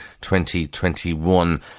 2021